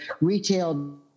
retail